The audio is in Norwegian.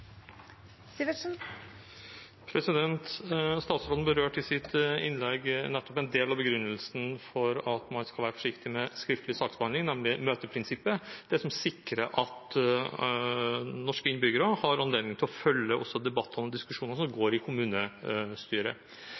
blir replikkordskifte. Statsråden berørte i sitt innlegg nettopp en del av begrunnelsen for at man skal være forsiktig med skriftlig saksbehandling, nemlig møteprinsippet – det som sikrer at norske innbyggere har anledning til også å følge debattene og diskusjonene som går i kommunestyret.